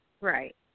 Right